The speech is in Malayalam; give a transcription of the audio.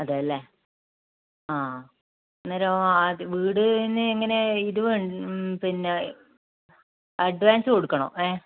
അതെ അല്ലെ ആ അന്നേരവും ആ വീടിന് എങ്ങനെ ഇരുവ പിന്നെ അഡ്വാൻസ് കൊടുക്കണോ ഏ